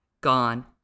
gone